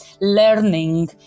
learning